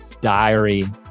diary